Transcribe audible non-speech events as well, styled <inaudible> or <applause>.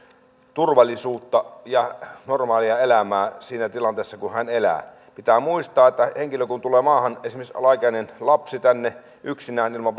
turvallisuutta ja normaalia elämää siinä tilanteessa jossa hän elää pitää muistaa että henkilö kun tulee maahan esimerkiksi alaikäinen lapsi tänne yksinään ilman <unintelligible>